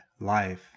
life